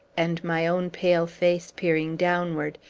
and my own pale face peering downward,